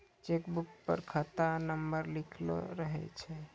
cheque book पर खाता number लिखलो रहै छै